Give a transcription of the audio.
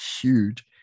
huge